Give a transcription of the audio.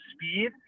speed